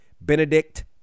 Benedict